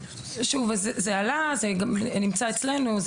שוב, זה עלה, זה גם נמצא אצלנו.